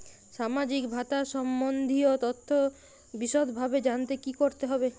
সামাজিক ভাতা সম্বন্ধীয় তথ্য বিষদভাবে জানতে কী করতে হবে?